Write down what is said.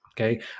Okay